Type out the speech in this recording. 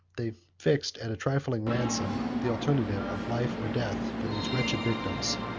they fixed, at a trifling ransom, the alternative of life or death for these wretched victims,